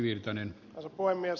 arvoisa puhemies